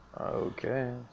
Okay